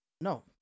No